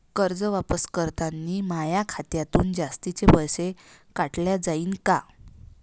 कर्ज वापस करतांनी माया खात्यातून जास्तीचे पैसे काटल्या जाईन का?